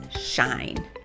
shine